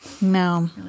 No